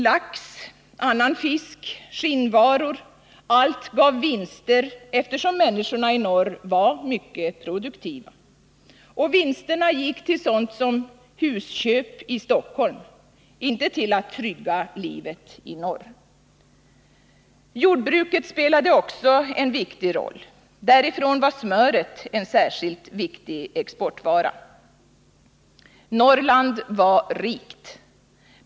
Lax, annan fisk, skinnvaror — allt gav vinster, eftersom människorna i norr var mycket produktiva. Och vinsterna gick till sådant som husköp i Stockholm, inte till att trygga livet i norr. Jordbruket spelade också en viktig roll. Därifrån var smöret en särskilt viktig exportvara. Norrland var rikt.